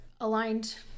aligned